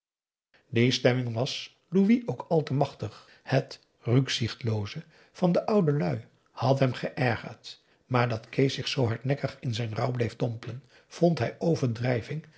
die stemming was louis ook al te machtig het rücksichtlose van de oude lui had hem geërgerd maar p a daum hoe hij raad van indië werd onder ps maurits dat kees zich zoo hardnekkig in zijn rouw bleef dompelen vond hij overdrijving